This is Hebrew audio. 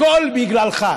הכול בגללך.